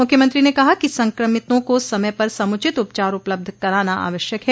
मुख्यमंत्री ने कहा कि संक्रमितों को समय पर समुचित उपचार उपलब्ध कराना आवश्यक है